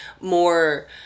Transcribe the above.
more